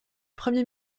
premier